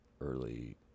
early